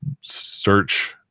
search